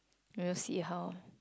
we will see how